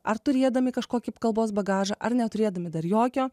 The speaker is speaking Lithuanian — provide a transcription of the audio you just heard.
ar turėdami kažkokį kalbos bagažą ar neturėdami dar jokio